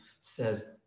says